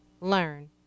learn